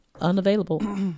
Unavailable